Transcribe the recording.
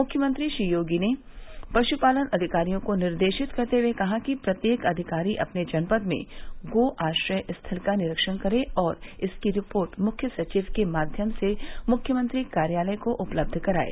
मुख्यमंत्री श्री योगी ने पश्पालन अधिकारियों को निर्देशित करते हए कहा कि प्रत्येक अधिकारी अपने जनपद में गो आश्रय स्थल का निरीक्षण करें व इसकी रिपोर्ट मुख्य सचिव के माध्यम से मुख्यमंत्री कार्यालय को उपलब्ध करायें